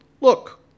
Look